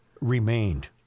remained